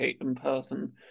in-person